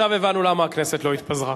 עכשיו הבנו למה הכנסת לא התפזרה.